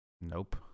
Nope